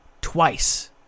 twice